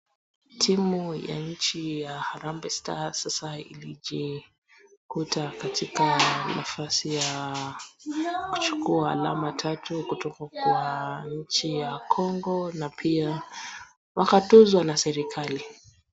Timu ya nchi ya harambe stars sasa ilijikuta katika nafasi ya kuchukua alama tatu kutoka kwa nchi ya congo na pia wakatuzwa na serikali.